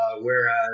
Whereas